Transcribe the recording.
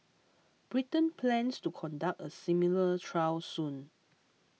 Britain plans to conduct a similar trial soon